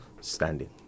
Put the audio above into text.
standing